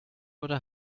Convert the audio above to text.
oder